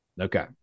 Okay